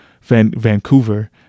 Vancouver